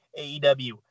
AEW